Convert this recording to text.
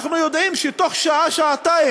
אנחנו יודעים שתוך שעה-שעתיים